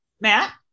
Matt